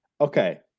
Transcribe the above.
okay